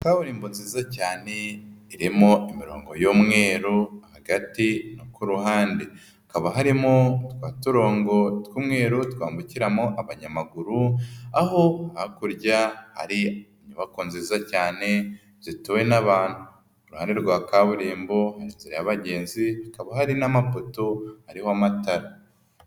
Kaburimbo nziza cyane imo imirongo y'umweruro hagati no ku ruhande, hakaba harimo twa turongo tw'umweru twambukiramo abanyamaguru aho hakurya ari inyubako nziza cyane zituwe n'abantu, ku ruhande rwa kaburimbo hari inzira y'abagenzi hakaba hari n'amapoto ariho amatara.